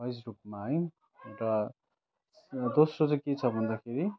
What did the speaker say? wise रूपमा है र दोस्रो चाहिँ के छ भन्दाखेरि